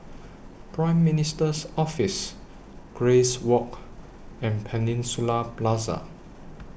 Prime Minister's Office Grace Walk and Peninsula Plaza